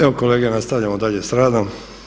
Evo kolege nastavljamo dalje s radom.